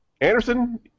Anderson